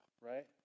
right